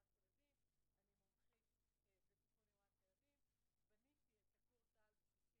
27 בנובמבר 2018. אנחנו מציינים היום את יום הפג בכנסת,